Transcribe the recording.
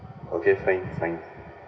okay fine fine